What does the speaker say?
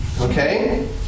Okay